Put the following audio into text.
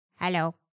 Hello